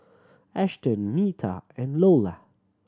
Ashton Neta and Iola